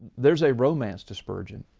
there's a romance to spurgeon,